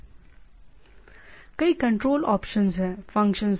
कई control functions हैं